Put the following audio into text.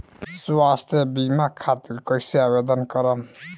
स्वास्थ्य बीमा खातिर कईसे आवेदन करम?